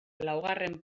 laugarren